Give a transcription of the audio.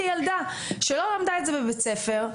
כילדה שלא למדה את זה בבית הספר,